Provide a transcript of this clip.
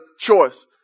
choice